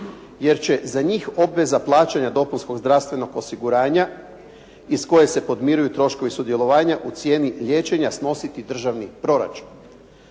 jer će za njih obveza plaćanja dopunskog zdravstvenog osiguranja iz koje se podmiruju troškovi sudjelovanja u cijeni liječenja snositi državni proračun.